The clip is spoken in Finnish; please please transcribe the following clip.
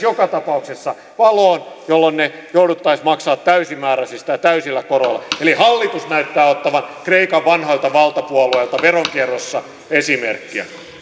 joka tapauksessa valoon jolloin ne jouduttaisiin maksamaan täysimääräisesti ja täysillä koroilla eli hallitus näyttää ottavan kreikan vanhoilta valtapuolueilta veronkierrossa esimerkkiä